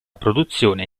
produzione